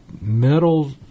metal